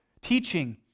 teaching